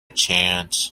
chance